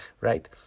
right